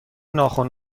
ناخن